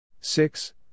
six